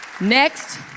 Next